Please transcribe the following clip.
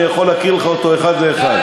אני יכול להקריא לך אותו אחד לאחד.